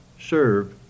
serve